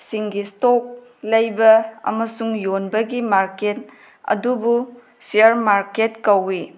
ꯁꯤꯡꯒꯤ ꯏꯁꯇꯣꯛ ꯂꯩꯕ ꯑꯃꯁꯨꯡ ꯌꯣꯟꯕꯒꯤ ꯃꯥꯔꯀꯦꯠ ꯑꯗꯨꯕꯨ ꯁꯤꯌꯥꯔ ꯃꯥꯔꯀꯦꯠ ꯀꯧꯋꯤ